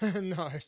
No